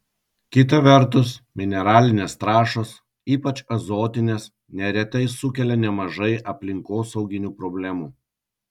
kita vertus mineralinės trąšos ypač azotinės neretai sukelia nemažai aplinkosauginių problemų